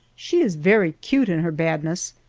she is very cute in her badness,